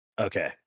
Okay